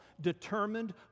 determined